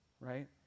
right